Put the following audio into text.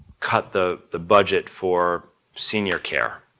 cut the the budget for senior care,